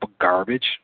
garbage